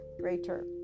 greater